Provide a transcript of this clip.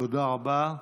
תודה רבה.